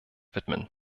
widmen